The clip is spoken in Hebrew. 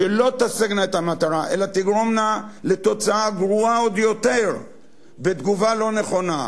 שלא תשגנה את המטרה אלא תגרומנה לתוצאה גרועה עוד יותר בתגובה לא נכונה.